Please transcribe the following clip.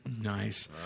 Nice